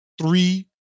three